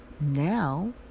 now